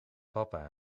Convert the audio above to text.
papa